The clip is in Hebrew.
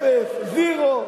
אפס, זירו.